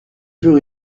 fur